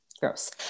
gross